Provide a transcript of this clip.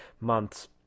months